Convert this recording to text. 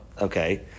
Okay